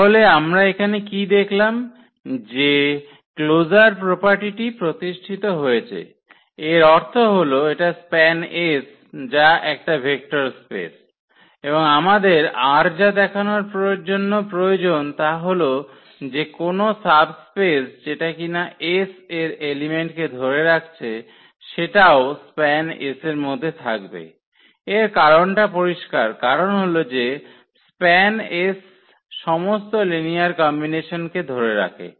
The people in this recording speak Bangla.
তাহলে আমরা এখানে কি দেখলাম যে ক্লোজার প্রোপার্টিটি প্রতিষ্ঠিত হয়েছে এর অর্থ হল এটা SPAN যা একটা ভেক্টরস স্পেস এবং আমাদের আর যা দেখানোর জন্য প্রয়োজন তা হল যে কোন সাব স্পেস যেটা কিনা S এর এলিমেন্ট কে ধরে রাখছে সেটাও SPAN এর মধ্যে থাকবে এর কারণটা পরিষ্কার কারণ হলো যে SPAN সমস্ত লিনিয়ার কম্বিনেশনকে ধরে রাখে